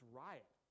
riot